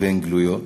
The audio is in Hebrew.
והן גלויות,